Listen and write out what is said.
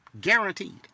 Guaranteed